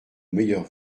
meilleurs